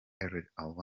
everything